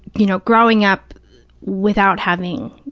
you know, growing up without having,